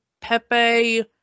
Pepe